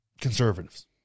conservatives